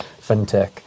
FinTech